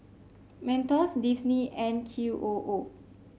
Mentos Disney and Q O O